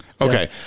Okay